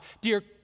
dear